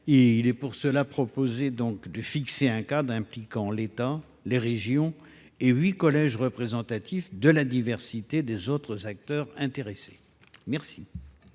Il est ainsi proposé de fixer un cadre impliquant l’État, les régions et huit collèges représentatifs de la diversité des autres acteurs concernés.